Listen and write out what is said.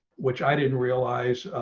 which i didn't realize